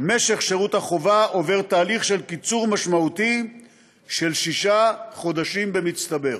משך שירות החובה עובר תהליך של קיצור משמעותי של שישה חודשים במצטבר.